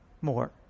more